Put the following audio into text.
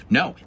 no